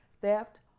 theft